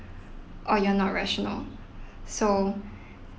or you are not rational so